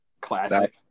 Classic